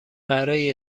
برای